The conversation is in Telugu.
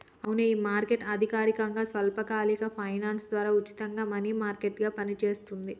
అవునే ఈ మార్కెట్ అధికారకంగా స్వల్పకాలిక ఫైనాన్స్ ద్వారా ఉచితంగా మనీ మార్కెట్ గా పనిచేస్తుంది